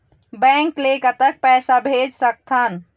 Bank ले कतक पैसा भेज सकथन?